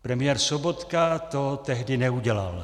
Premiér Sobotka to tehdy neudělal.